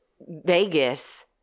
Vegas